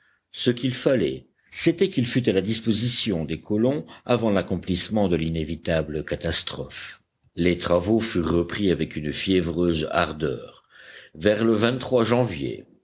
ce qu'il fallait c'était qu'il fût à la disposition des colons avant l'accomplissement de l'inévitable catastrophe les travaux furent repris avec une fiévreuse ardeur vers le janvier